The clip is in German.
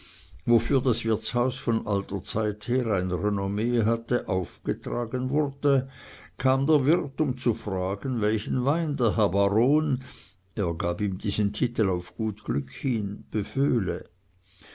wofür das wirtshaus von alter zeit her ein renommee hatte aufgetragen wurde kam der wirt um zu fragen welchen wein der herr baron er gab ihm diesen titel auf gut glück hin beföhle